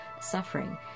suffering